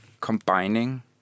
combining